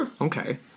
Okay